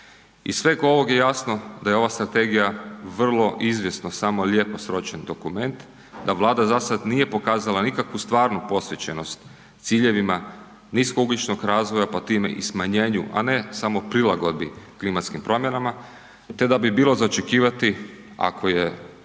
Iz sveg ovog je jasno da je ova strategija vrlo izvjesno samo lijepo sročen dokument, da Vlada za sada nije pokazala nikakvu stvarnu posvećenost ciljevima nisko ugljičnog razvoja pa time i smanjenju, a ne samo prilagodbi klimatskim promjenama te da bi bilo za očekivati, ako je